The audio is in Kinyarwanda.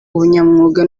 ubunyamwuga